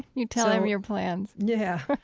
you tell him your plans yeah.